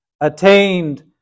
attained